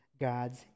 God's